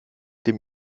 dem